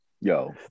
Yo